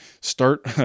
start